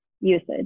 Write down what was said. usage